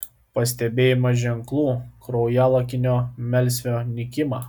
pastebėjome ženklų kraujalakinio melsvio nykimą